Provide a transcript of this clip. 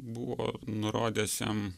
buvo nurodęs jam